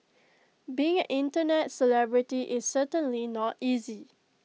being Internet celebrity is certainly not easy